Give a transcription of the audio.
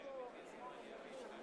היום ג' בחשוון